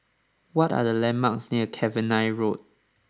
what are the landmarks near Cavenagh Road